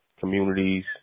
communities